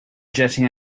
jetting